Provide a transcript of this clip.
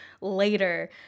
later